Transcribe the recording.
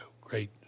great